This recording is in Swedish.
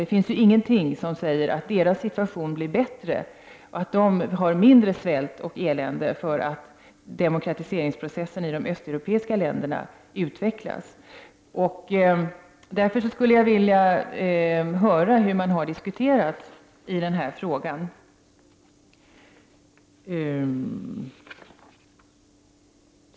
Det finns ingenting som säger att tredje världens situation blir bättre, att man där har mindre svält och elände för att demokratiseringsprocessen fortgår i de östeuropeiska länderna. Jag skulle därför vilja höra hur man har resonerat i den frågan.